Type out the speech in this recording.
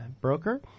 broker